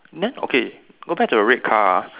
then okay go back to the red car ah